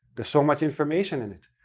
there's so much information in it.